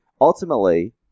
Ultimately